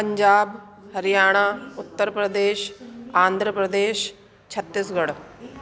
Punjab Haryana Uttar Pradesh Andhra Pradesh Chhattisgarh